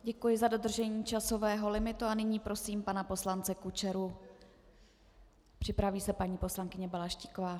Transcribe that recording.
Děkuji za dodržení časového limitu a nyní prosím pana poslance Kučeru, připraví se paní poslankyně Balaštíková.